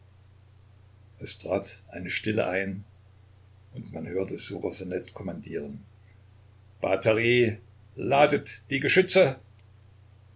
es trat eine stille ein und man hörte ssuchosanet kommandieren batterie ladet die geschütze